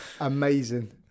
amazing